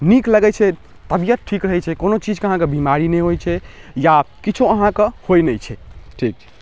नीक लगै छै तबियत ठीक रहै छै कोनो चीजके अहाँके बीमारी नहि होइ छै या किछो अहाँके होइ नहि छै ठीक